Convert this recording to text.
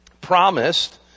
promised